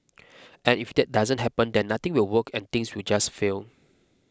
and if that doesn't happen then nothing will work and things will just fail